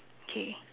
K